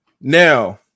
Now